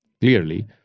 Clearly